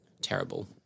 terrible